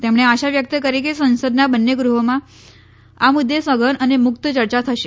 તેમણે આશા વ્યક્ત કરી કે સંસદના બંને ગૃહમાં આ મુદ્દે સઘન અને મુક્ત ચર્ચા થશે